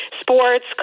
sports